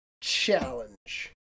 Challenge